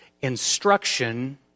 instruction